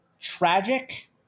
tragic